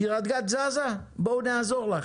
קריית גת זזה, בואו נעזור לה.